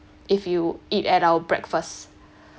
if you eat at our breakfast